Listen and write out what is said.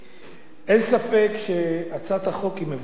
אין ספק שהצעת החוק היא מבורכת,